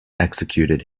executed